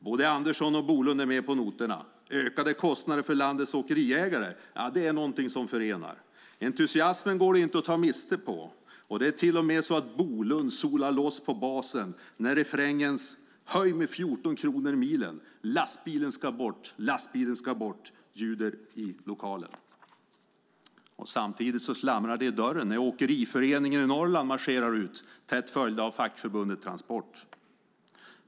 Både Andersson och Bolund är med på noterna. Ökade kostnader för landets åkeriägare är någonting som förenar. Entusiasmen går det inte att ta miste på. Det är till och med så att Bolund solar loss på basen när refrängens "höj med 14 kronor milen, lastbilen ska bort, lastbilen ska bort" ljuder i lokalen. Samtidigt slamrar det i dörren när åkeriföreningen i Norrland marscherar ut tätt följda av fackförbundet Transport.